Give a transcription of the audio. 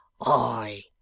I